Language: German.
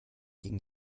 gegen